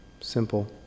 simple